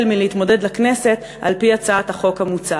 מלהתמודד בכנסת על-פי הצעת החוק המוצעת.